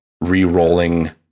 re-rolling